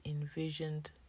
envisioned